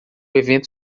evento